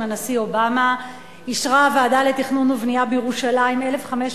הנשיא אובמה אישרה הוועדה לתכנון ובנייה בירושלים 1,500